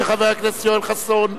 של חבר הכנסת יואל חסון.